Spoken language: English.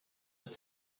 with